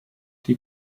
die